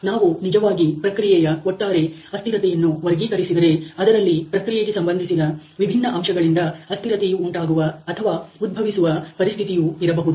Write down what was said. ನಾವು ನಿಜವಾಗಿ ಪ್ರಕ್ರಿಯೆಯ ಒಟ್ಟಾರೆ ಅಸ್ಥಿರತೆಯನ್ನು ವರ್ಗೀಕರಿಸಿದರೆ ಅದರಲ್ಲಿ ಪ್ರಕ್ರಿಯೆಗೆ ಸಂಬಂಧಿಸಿದ ವಿಭಿನ್ನ ಅಂಶಗಳಿಂದ ಅಸ್ಥಿರತೆಯು ಉಂಟಾಗುವ ಅಥವಾ ಉದ್ಭವಿಸುವ ಪರಿಸ್ಥಿತಿಯು ಇರಬಹುದು